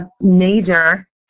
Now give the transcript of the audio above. major